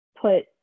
put